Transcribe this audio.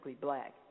black